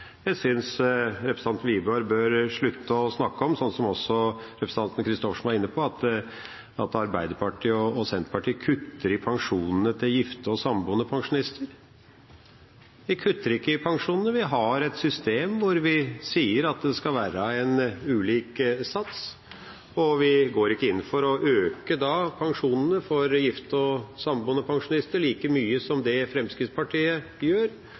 Jeg synes representanten Wiborg bør slutte å snakke om, slik også representanten Christoffersen var inne på, at Arbeiderpartiet og Senterpartiet kutter i pensjonene til gifte og samboende pensjonister. Vi kutter ikke i pensjonene, vi har et system hvor vi sier det skal være en ulik sats, og vi går ikke inn for å øke pensjonene for gifte og samboende pensjonister like mye som det Fremskrittspartiet gjør.